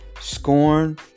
scorn